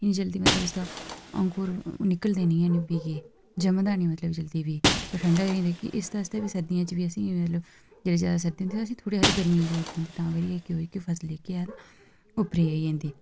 इन्नी जल्दी मतलब इसदा ङूर निकलदे निं बीऽ ऐ जमदा निं मतलब जल्दी बीऽ थोह्ड़ी ठंड होई जंदी इस आस्तै बी सर्दियें च बी असें ई जिसलै जैदा सर्दी होंदी तां थोह्ड़ी गर्मी दी जरूरत पोंदी तां करियै केह् होऐ कि जेह्की फसल ऐ उप्परै गी आई जंदी